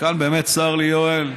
וכאן באמת, צר לי, יואל,